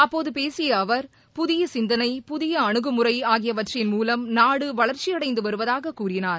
அப்போது பேசிய அவர் புதிய சிந்தனை புதிய அனுகுமுறை ஆகியவற்றின் மூலம் நாடு வளர்ச்சியடைந்து வருவதாக கூறினார்